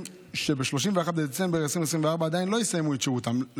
שב-31 בדצמבר 2024 עדיין לא יסיימו את שירותם.